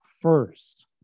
first